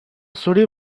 zuri